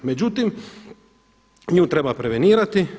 Međutim, nju treba prevenirati.